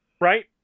Right